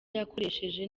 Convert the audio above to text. yakoresheje